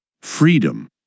Freedom